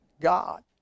God